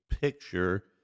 picture